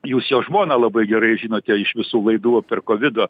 jūs jo žmoną labai gerai žinote iš visų laidų per kovidą